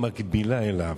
מקבילה אליו.